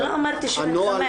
אני לא אמרתי שאתה מתחמק.